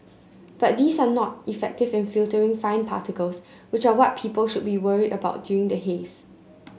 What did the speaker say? but these are not effective in filtering fine particles which are what people should be worried about during the haze